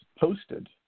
posted